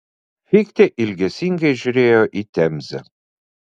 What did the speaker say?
fichtė ilgesingai žiūrėjo į temzę